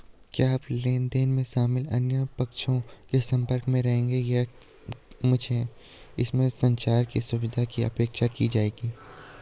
क्या आप लेन देन में शामिल अन्य पक्षों के संपर्क में रहेंगे या क्या मुझसे संचार की सुविधा की अपेक्षा की जाएगी?